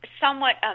somewhat